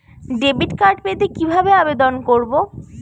Debit card পেতে কিভাবে আবেদন করব?